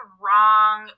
wrong